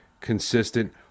consistent